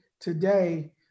today